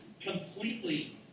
completely